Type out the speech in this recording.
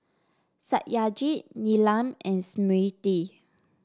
Satyajit Neelam and Smriti